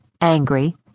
angry